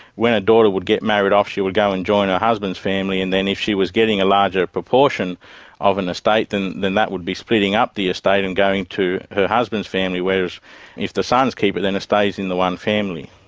when a daughter would get married off she would go and join her husband's family and then if she was getting a larger proportion of an estate, then then that would be splitting up the estate and going to her husband's family, whereas if the sons keep it then it stays in the one family.